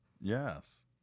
Yes